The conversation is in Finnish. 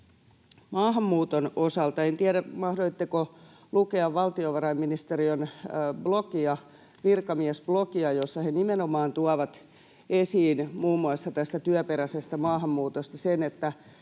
maahanmuuton osalta: En tiedä, mahdoitteko lukea valtiovarainministeriön blogia, virkamiesblogia, jossa he nimenomaan tuovat esiin muun muassa tästä työperäisestä maahanmuutosta sen, että